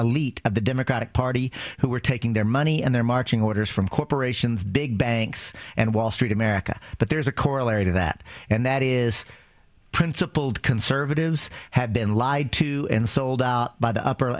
elite of the democratic party who are taking their money and their marching orders from corporations big banks and wall street america but there is a corollary to that and that is principled conservatives have been lied to and sold by the upper